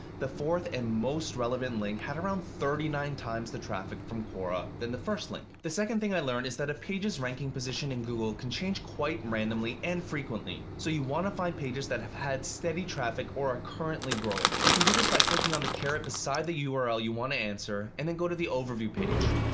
the fourth and most relevant link had around thirty nine x the traffic from quora than the first link. two. the second thing i've learned is that a page's ranking position in google can change quite randomly and frequently. so you want to find pages that have had steady traffic or ah currently growing. you can do this by clicking on the caret beside the url you want to answer, and then go to the overview page.